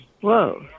Whoa